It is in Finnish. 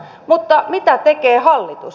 mutta mitä tekee hallitus